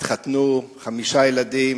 התחתנו, חמישה ילדים,